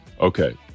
Okay